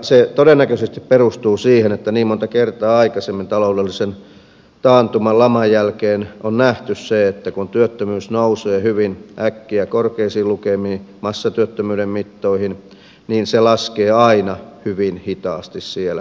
se todennäköisesti perustuu siihen että niin monta kertaa aikaisemmin taloudellisen taantuman laman jälkeen on nähty se että kun työttömyys nousee hyvin äkkiä korkeisiin lukemiin massatyöttömyyden mittoihin niin se laskee aina hyvin hitaasti sieltä